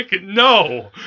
no